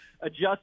adjust